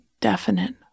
definite